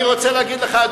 אני רוצה להגיד לך,